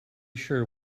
sure